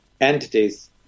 entities